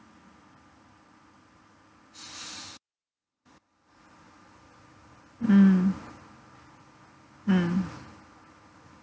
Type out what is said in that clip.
mm mm